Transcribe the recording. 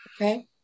okay